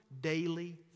daily